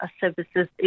services